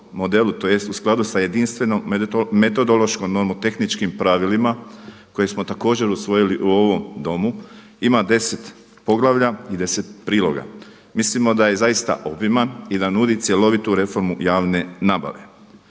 tj. u skladu sa jedinstvenom metodološkom nomotehničkim pravilima kojeg smo također usvojili u ovom Domu. ima 10 poglavlja i 10 priloga. Mislimo da je zaista obiman i da nudi cjelovitu reformu javne nabave.